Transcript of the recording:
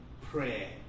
prayer